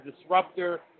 disruptor